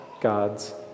God's